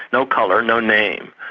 no colour, no name,